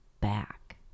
back